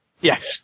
Yes